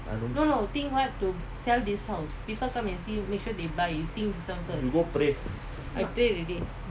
I don't you go pray